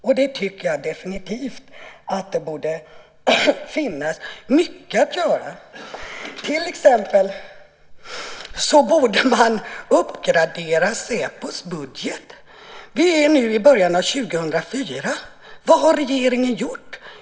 Jag tycker definitivt att det borde finnas mycket att göra. Till exempel borde Säpos budget uppgraderas. Vi är nu i början av 2004. Vad har regeringen gjort?